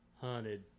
hunted